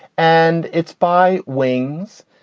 and it's by wings.